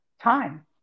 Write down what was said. time